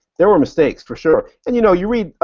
there were mistakes, for sure. and you know, you read,